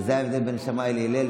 וזה ההבדל בין שמאי להלל,